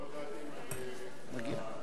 לא הודעתם על הפרידה מג'ומס.